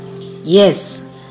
yes